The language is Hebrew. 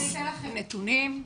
אני אתן לכם נתונים.